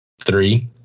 Three